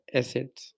assets